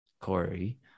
Corey